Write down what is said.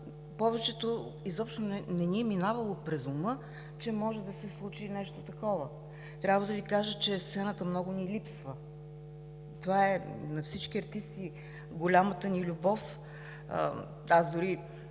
повечето не ни е минавало през ума, че може да се случи нещо такова. Трябва да Ви кажа, че сцената много ми липсва. Това е на всички артисти голямата ни любов. Аз дори